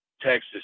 Texas